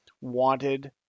wanted